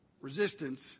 resistance